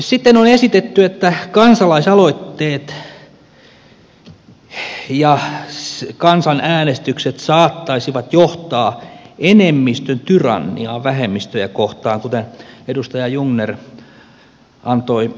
sitten on esitetty että kansalaisaloitteet ja kansanäänestykset saattaisivat johtaa enemmistön tyranniaan vähemmistöjä kohtaan kuten edustaja jungner antoi ymmärtää myöskin